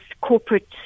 corporate